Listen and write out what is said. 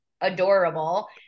adorable